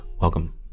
Welcome